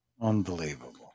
Unbelievable